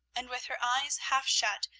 and with her eyes half shut,